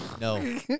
No